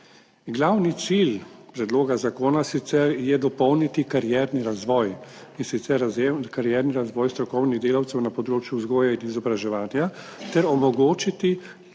Glavni cilj predloga zakona sicer je dopolniti karierni razvoj, in sicer karierni razvoj strokovnih delavcev na področju vzgoje in izobraževanja ter omogočiti nadaljnji karierni razvoj